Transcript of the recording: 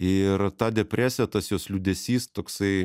ir ta depresija tas jos liūdesys toksai